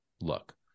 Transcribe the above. look